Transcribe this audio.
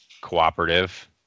cooperative